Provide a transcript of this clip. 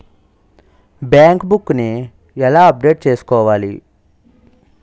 Bank book నీ ఎలా update చేసుకోవాలి?